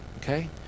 okay